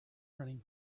running